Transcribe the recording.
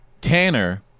Tanner